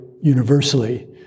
universally